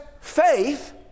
faith